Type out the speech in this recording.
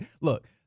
Look